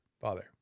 Father